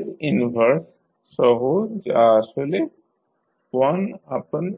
s 1 সহ যা আসলে 1s